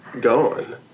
gone